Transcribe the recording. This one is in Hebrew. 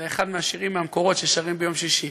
זה אחד מהשירים מהמקורות ששרים ביום שישי.